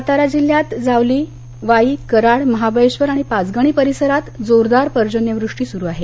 सातारा जिल्ह्यात जावली वाई कराड महाबळेश्वर आणि पाचगणी परिसरात जोरदार पर्जन्यवृष्टी सुरु आहे